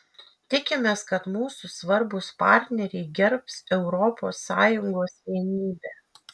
tikimės kad mūsų svarbūs partneriai gerbs europos sąjungos vienybę